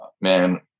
man